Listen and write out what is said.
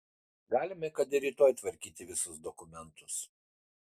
galime kad ir rytoj tvarkyti visus dokumentus